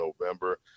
November